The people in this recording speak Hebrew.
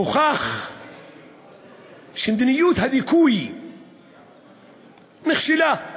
הוכח שמדיניות הדיכוי נכשלה,